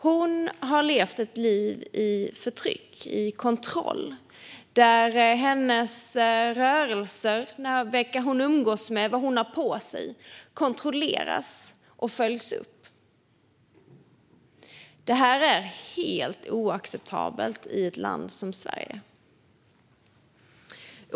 Hon har levt ett liv under förtryck och kontroll, där hennes rörelser, vilka hos umgås med och vad hon har på sig kontrolleras och följs upp. Detta är helt oacceptabelt i ett land som Sverige.